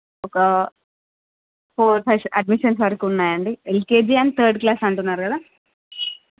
ఒక four five admissions వరకు ఉన్నాయండి ఎల్కేజీ అండ్ థర్డ్ క్లాస్ అంటున్నారు కదా